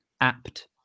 apt